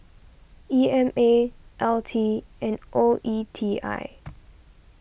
E M A L T and O E T I